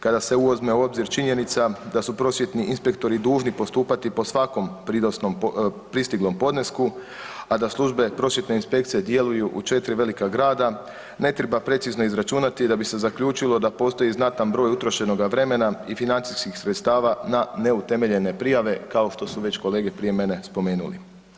Kada se uzme u obzir činjenica da su prosvjetni inspektori dužni postupati po svakom pristiglom podnesku a da službe Prosvjetne inspekcije djeluju u četiri velika grada ne treba precizno izračunati da bi se zaključilo da postoji znatan broj utrošenoga vremena i financijskih sredstava na neutemeljene prijave kao što su već kolege prije mene spomenuli.